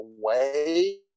away